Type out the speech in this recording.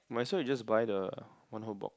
might as well you just buy the one whole box